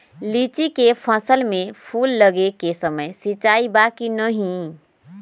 लीची के फसल में फूल लगे के समय सिंचाई बा कि नही?